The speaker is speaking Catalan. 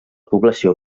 població